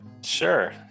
Sure